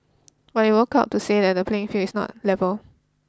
but they woke up to say that the playing field is not level